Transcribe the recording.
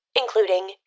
including